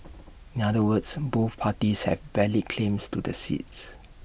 in other words both parties have valid claims to the seats